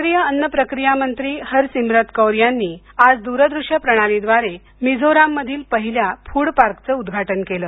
केंद्रीय अन्न प्रक्रिया मंत्री हरसिमरत कौर यांनी आज दुरदृष्य प्रणालीद्वारे मोझोरममधील पहिल्या फूड पार्कचं उद्घाटन केलं